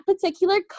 particular